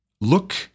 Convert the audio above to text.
Look